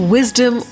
Wisdom